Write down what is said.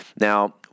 Now